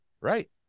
Right